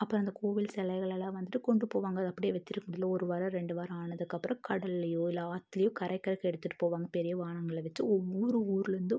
அப்புறம் அந்தக் கோவில் சிலைகளெல்லாம் வந்துட்டு கொண்டு போவாங்க அது அப்படியே வச்சிருக்கறதில்ல ஒரு வாரம் ரெண்டு வாரம் ஆனதுக்கப்புறம் கடல்லேயோ இல்லை ஆற்றிலயோ கரைக்கறதுக்கு எடுத்துட்டு போவாங்க பெரிய வாகனங்களில் வச்சு ஒவ்வொரு ஊரில் இருந்தும்